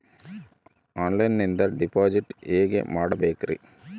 ಆನ್ಲೈನಿಂದ ಡಿಪಾಸಿಟ್ ಹೇಗೆ ಮಾಡಬೇಕ್ರಿ?